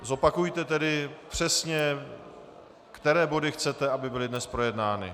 Zopakujte tedy přesně, které body chcete, aby byly dnes projednány.